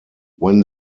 when